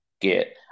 get